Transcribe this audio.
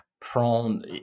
prone